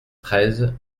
treize